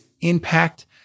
impact